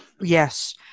Yes